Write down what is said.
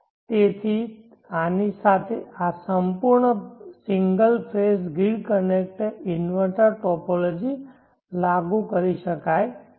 તેથી આની સાથે આ સંપૂર્ણ single phase grid connected inverter topology લાગુ કરી શકાય છે